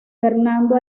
fernando